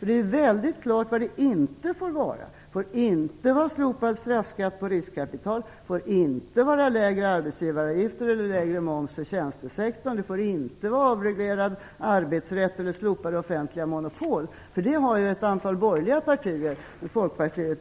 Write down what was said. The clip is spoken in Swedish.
Det är nämligen väldigt klart vad det inte får vara. Det får inte vara slopad straffskatt på riskkapital. Det får inte vara lägre arbetsgivaravgifter eller lägre moms för tjänstesektorn. Det får inte vara avreglerad arbetsrätt eller slopade offentliga monopol. Allt det har ju ett antal borgerliga partier, med Folkpartiet